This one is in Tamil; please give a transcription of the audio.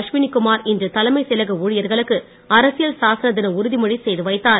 அஸ்வினி குமார் இன்று தலைமைச் செயலக ஊழியர்களுக்கு அரசியல் சாசன தின உறுதிமொழி செய்துவைத்தார்